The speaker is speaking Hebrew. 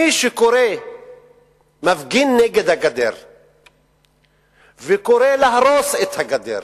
מי שמפגין נגד הגדר וקורא להרוס את הגדר